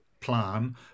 plan